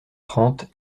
trente